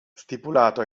stipulato